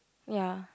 ya